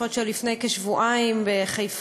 השרפות שהיו לפני כשבועיים בחיפה,